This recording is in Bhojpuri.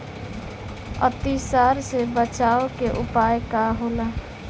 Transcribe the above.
अतिसार से बचाव के उपाय का होला?